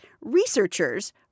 researchers